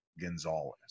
Gonzalez